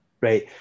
right